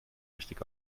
richtig